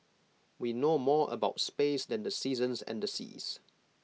we know more about space than the seasons and the seas